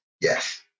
Yes